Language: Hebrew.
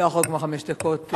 לא אחרוג מחמש דקות.